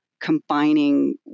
combining